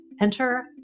Enter